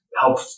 help